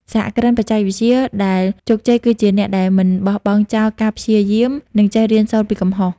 សហគ្រិនបច្ចេកវិទ្យាដែលជោគជ័យគឺជាអ្នកដែលមិនបោះបង់ចោលការព្យាយាម និងចេះរៀនសូត្រពីកំហុស។